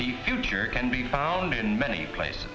the future can be found in many places